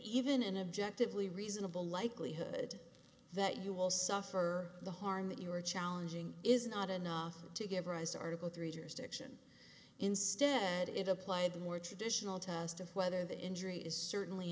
even an objective lee reasonable likelihood that you will suffer the harm that you are challenging is not enough to give rise to article three years diction instead it applied more traditional test of whether the injury is certainly